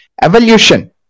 Evolution